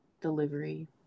delivery